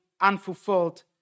Unfulfilled